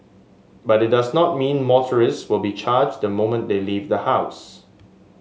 but it does not mean motorists will be charged the moment they leave the house